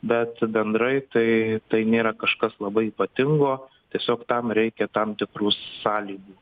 bet bendrai tai tai nėra kažkas labai ypatingo tiesiog tam reikia tam tikrų sąlygų